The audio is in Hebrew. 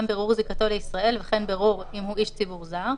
גם בירור זיקתו לישראל וכן בירור אם הוא איש ציבור זר,